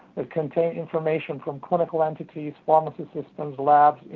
that contains information from clinical entities, pharmacy systems, labs,